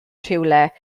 rhywle